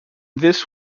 this